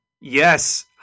Yes